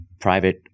private